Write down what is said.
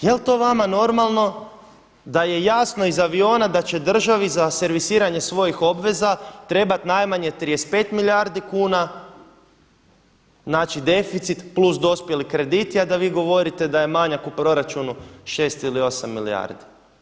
Jel to vama normalno da je jasno iz aviona da će državi za servisiranje svojih obveza trebati najmanje 35 milijardi kuna, znači deficit plus dospjeli krediti a da vi govorite da je manjak u proračunu 6 ili 8 milijardi.